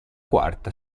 quarta